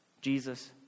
Jesus